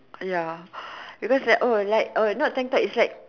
ya because like oh like oh not tank top it's like